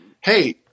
hey